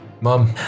Mom